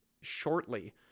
shortly